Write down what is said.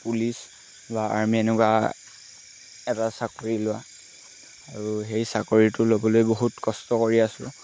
police বা army এনেকুৱা এটা চাকৰি লোৱা আৰু সেই চাকৰিটো ল'বলৈ বহুত কষ্ট কৰি আছোঁ